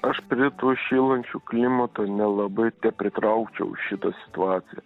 aš prie to šylančio klimato nelabai tepritraukčiau šitą situaciją